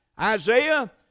Isaiah